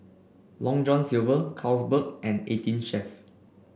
Long John Silver Carlsberg and Eighteen Chef